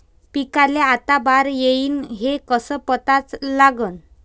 पिकाले आता बार येईन हे कसं पता लागन?